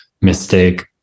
mistake